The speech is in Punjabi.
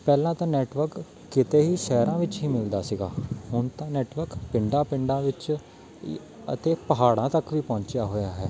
ਪਹਿਲਾਂ ਤਾਂ ਨੈਟਵਰਕ ਕਿਤੇ ਹੀ ਸ਼ਹਿਰਾਂ ਵਿੱਚ ਹੀ ਮਿਲਦਾ ਸੀਗਾ ਹੁਣ ਤਾਂ ਨੈਟਵਰਕ ਪਿੰਡਾਂ ਪਿੰਡਾਂ ਵਿੱਚ ਹੀ ਅਤੇ ਪਹਾੜਾਂ ਤੱਕ ਵੀ ਪਹੁੰਚਿਆ ਹੋਇਆ ਹੈ